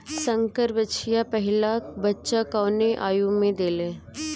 संकर बछिया पहिला बच्चा कवने आयु में देले?